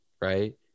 right